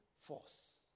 force